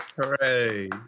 Hooray